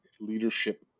Leadership